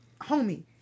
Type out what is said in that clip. Homie